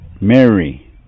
Mary